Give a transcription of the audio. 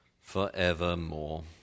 forevermore